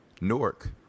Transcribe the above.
Newark